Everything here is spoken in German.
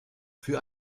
für